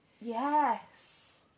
Yes